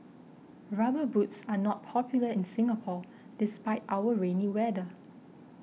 rubber boots are not popular in Singapore despite our rainy weather